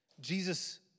Jesus